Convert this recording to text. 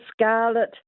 scarlet